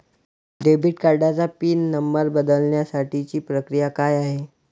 Debit कार्डचा pin number बदलण्यासाठीची प्रक्रिया काय आहे?